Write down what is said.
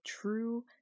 true